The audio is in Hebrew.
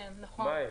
מהם?